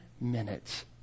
minutes